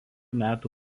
metų